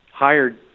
hired